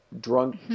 drunk